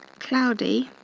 cloudy,